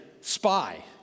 spy